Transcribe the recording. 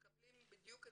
שמקבלים את